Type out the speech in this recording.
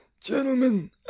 gentlemen